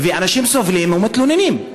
ואנשים סובלים ומתלוננים.